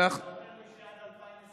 אם אתה אומר לי שעד 2023